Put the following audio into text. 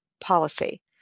policy